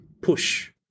Push